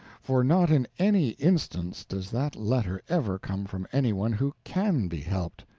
for not in any instance does that latter ever come from anyone who can be helped.